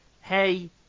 hey